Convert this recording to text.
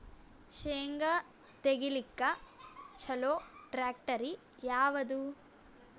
ಶೇಂಗಾ ತೆಗಿಲಿಕ್ಕ ಚಲೋ ಟ್ಯಾಕ್ಟರಿ ಯಾವಾದು?